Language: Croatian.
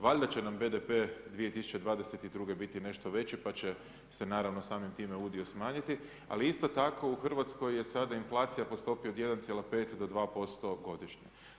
Valjda će nam BDP 2022. biti nešto veći pa će se naravno samim time udio smanjiti ali isto tako u Hrvatskoj je sada inflacija po stopi od 1,5 do 2% godišnje.